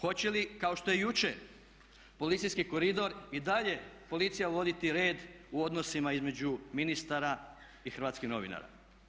Hoće li kao što je jučer policijski koridor i dalje policija voditi red u odnosima između ministara i hrvatskih novinara?